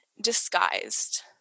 disguised